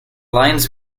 lines